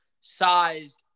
sized